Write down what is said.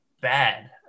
bad